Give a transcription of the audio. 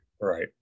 Right